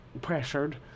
pressured